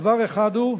דבר אחד הוא,